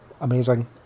amazing